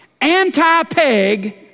Anti-Peg